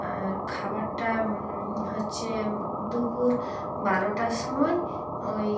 আর খাবারটা হচ্ছে দুপুর বারোটার সময় ওই